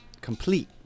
complete